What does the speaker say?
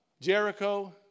Jericho